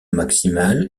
maximale